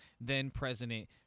then-President